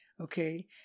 okay